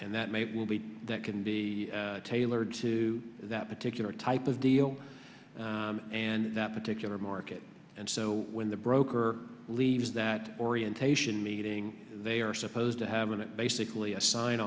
and that may well be that can be tailored to that particular type of deal and that particular market and so when the broker leaves that orientation meeting they are supposed to have a basically a sign